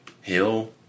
Hill